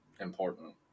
important